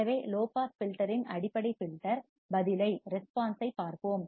எனவே low pass filter இன் அடிப்படை ஃபில்டர் பதிலைப் ரெஸ்பான்ஸ் ஐ பார்ப்போம்